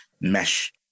mesh